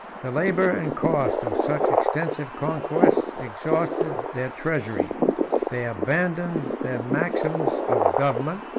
the labor and cost of such extensive conquests exhausted their treasury they abandoned their maxims of government,